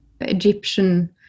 Egyptian